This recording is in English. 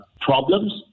problems